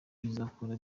bazakora